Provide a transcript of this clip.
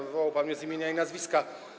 Wywołał pan mnie z imienia i nazwiska.